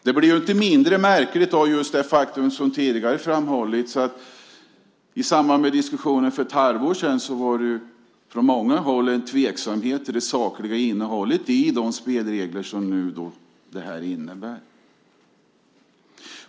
Det hela blir inte mindre märkligt av det faktum, som också tidigare framhållits, att det i samband med diskussionen för ett halvår sedan på många håll fanns en tveksamhet till det sakliga innehållet i de spelregler som förslaget nu innebär.